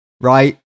right